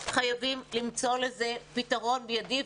חייבים למצוא לזה פתרון מידי.